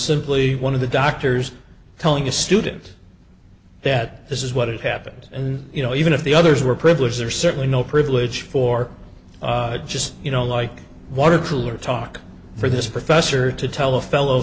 simply one of the doctors telling a student that this is what it happened and you know even if the others were privileged there's certainly no privilege for just you know like water cooler talk for this professor to tell a fellow